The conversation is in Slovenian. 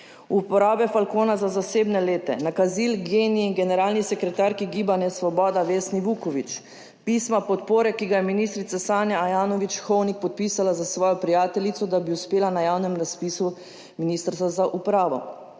uporabe Falcona za zasebne lete, nakazil genij generalni sekretarki Gibanja Svoboda Vesni Vuković, pisma podpore, ki ga je ministrica Sanja Ajanović Hovnik podpisala za svojo prijateljico, da bi uspela na javnem razpisu ministrstva za upravo,